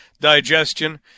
digestion